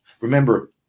Remember